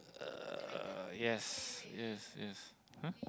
uh yes yes yes !huh!